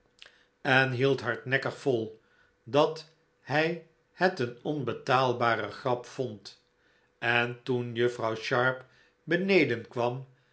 en hield hardnekkig vol dat hij het een onbetaalbare grap vond en toen juffrouw sharp beneden kwam